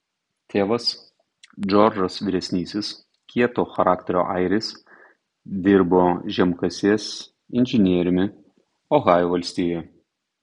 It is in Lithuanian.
tėvas džordžas vyresnysis kieto charakterio airis dirbo žemkasės inžinieriumi ohajo valstijoje